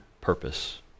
purpose